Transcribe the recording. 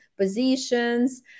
positions